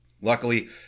Luckily